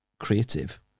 creative